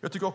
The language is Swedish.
Jag tycker